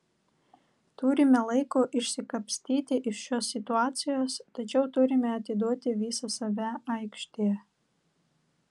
turime laiko išsikapstyti iš šios situacijos tačiau turime atiduoti visą save aikštėje